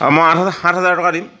মই আঠ হাজাৰ সাত হাজাৰ টকা দিম